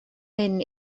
hyn